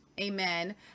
Amen